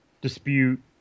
dispute